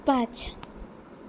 पांच